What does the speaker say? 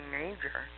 major